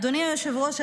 אדוני היושב-ראש,